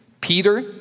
Peter